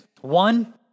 One